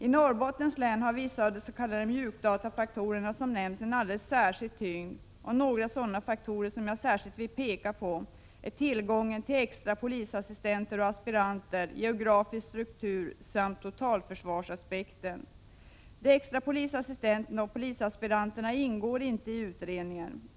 I Norrbottens län har vissa av de s.k. mjukdatafaktorer som nämnts en alldeles särskild tyngd. Ett par sådana faktorer som jag särskilt vill peka på är tillgången till extra polisassistenter och aspiranter, geografisk struktur samt totalförsvarsaspekten. De extra polisassisterna och polisaspiranterna ingår inte i utredningen.